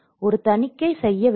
ஒரு தணிக்கை செய்ய வேண்டும்